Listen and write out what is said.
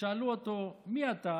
כששאלו אותו: מי אתה?